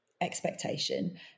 expectation